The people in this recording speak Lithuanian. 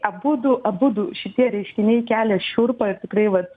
abudu abudu šitie reiškiniai kelia šiurpą ir tikrai vat